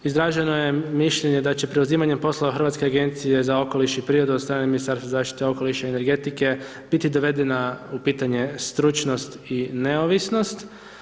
Izraženo je mišljenje da će preuzimanjem poslova Hrvatske agencije za okoliš i prirodu od strane Ministarstva zaštite okoliša i energetike, biti dovedena u pitanje stručnog i neovisnost.